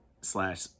slash